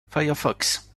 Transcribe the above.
firefox